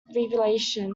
revelation